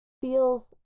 feels